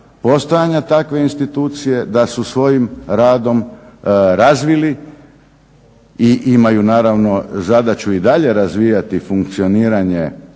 postojanja takve institucije, da su svojim radom razvili i imaju zadaću i dalje razvijati funkcioniranje